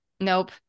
Nope